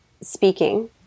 speaking